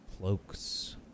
cloaks